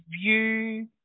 view